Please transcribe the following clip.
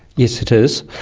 yes, it is,